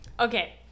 Okay